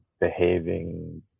behaving